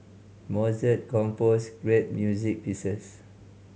Mozart composed great music pieces